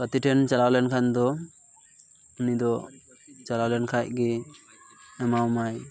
ᱜᱟᱛᱮ ᱴᱷᱮᱱ ᱪᱟᱞᱟᱣ ᱞᱮᱱ ᱠᱷᱟᱱ ᱫᱚ ᱩᱱᱤ ᱫᱚ ᱪᱟᱞᱟᱣᱞᱮᱱ ᱠᱷᱟᱱ ᱜᱮ ᱮᱢᱟᱢᱟᱭ